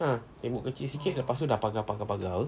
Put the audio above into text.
ah tembok kecil sikt lepastu dah pagar pagar pagar [pe]